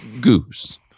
goose